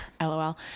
LOL